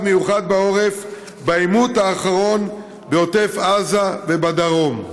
מיוחד בעורף בעימות האחרון בעוטף עזה ובדרום?